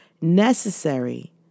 necessary